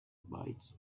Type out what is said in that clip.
bites